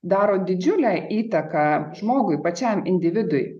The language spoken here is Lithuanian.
daro didžiulę įtaką žmogui pačiam individui